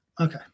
Okay